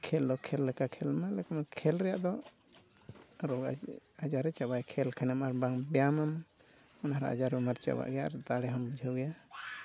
ᱠᱷᱮᱞ ᱫᱚ ᱠᱷᱮᱞ ᱞᱮᱠᱟ ᱠᱷᱮᱞ ᱢᱮ ᱠᱷᱮᱞ ᱨᱮᱭᱟᱜ ᱫᱚ ᱨᱳᱜᱽ ᱟᱡᱟᱨᱮ ᱪᱟᱵᱟᱭ ᱠᱷᱟᱱᱮᱢ ᱟᱨ ᱵᱟᱝ ᱵᱮᱭᱟᱢᱮᱢ ᱟᱡᱟᱨ ᱵᱤᱢᱟᱨ ᱪᱟᱵᱟᱜ ᱜᱮᱭᱟ ᱟᱨ ᱫᱟᱲᱮ ᱦᱚᱢ ᱵᱩᱡᱷᱟᱹᱣ ᱜᱮᱭᱟ